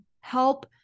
help